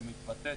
שמתבטאת